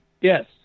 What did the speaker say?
Yes